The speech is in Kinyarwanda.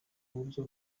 uburyo